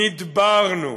נדברנו,